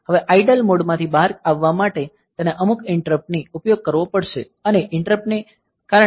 હવે idle mode માંથી બહાર આવવા માટે તેને અમુક ઈંટરપ્ટ નો ઉપયોગ કરવો પડશે અને ઈંટરપ્ટ ને કારણે આ PCON